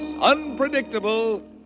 unpredictable